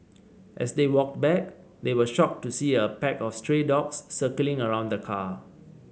as they walked back they were shocked to see a pack of stray dogs circling around the car